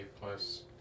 plus